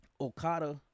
Okada